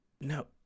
No